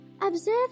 Observe